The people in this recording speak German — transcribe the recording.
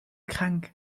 krank